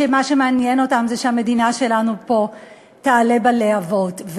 שמה שמעניין אותם זה שהמדינה שלנו פה תעלה בלהבות.